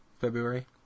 February